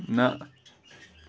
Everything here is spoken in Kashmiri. نَہ